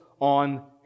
on